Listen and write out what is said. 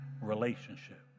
relationship